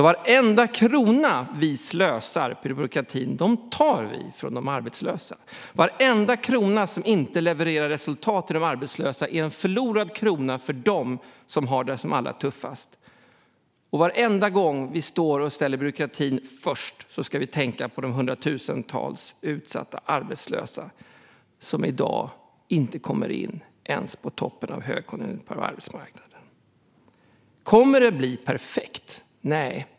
Varenda krona vi slösar på byråkratin tar vi alltså från de arbetslösa. Varenda krona som inte levererar resultat till de arbetslösa är en förlorad krona för dem som har det allra tuffast. Varenda gång vi sätter byråkratin först ska vi tänka på de hundratusentals utsatta arbetslösa som i dag inte kommer in på arbetsmarknaden ens på toppen av en högkonjunktur. Kommer det att bli perfekt? Nej.